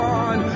on